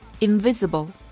Invisible